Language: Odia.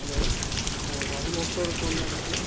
ହ୍ୟାଲୋ ହଁ ରାହୁଲ ଅଟୋର କଲ୍ ଲାଗିଛି